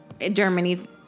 Germany